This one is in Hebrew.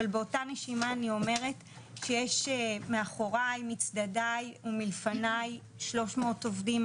אבל באותה נשימה אני אומרת שיש מאחורי מצדדיי ומלפניי ש00 עובדים,